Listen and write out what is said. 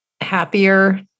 happier